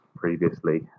previously